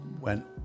went